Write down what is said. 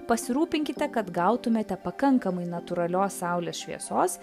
pasirūpinkite kad gautumėte pakankamai natūralios saulės šviesos